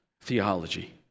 theology